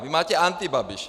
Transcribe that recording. Vy máte antibabiš!